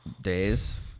days